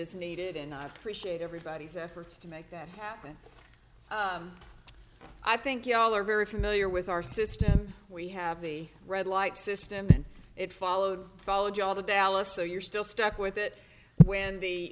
is needed and not appreciate everybody's efforts to make that happen i think you all are very familiar with our system we have the red light system and it followed followed you all the dallas so you're still stuck with it when the